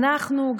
אנחנו,